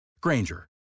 Granger